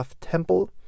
temple